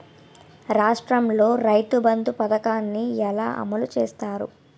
రాష్ట్రంలో రైతుబంధు పథకాన్ని ఎలా అమలు చేస్తారు?